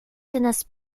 tennessee